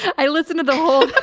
i listened to the whole,